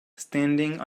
standing